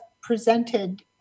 presented